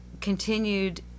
continued